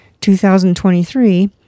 2023